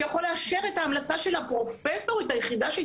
שיכול לאשר את ההמלצה של הפרופסורית היחידה.